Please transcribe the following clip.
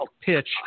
pitch